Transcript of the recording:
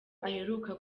aheruka